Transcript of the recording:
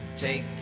Take